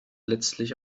letztlich